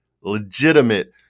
legitimate